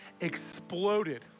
exploded